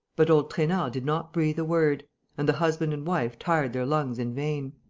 but old trainard did not breathe a word and the husband and wife tired their lungs in vain.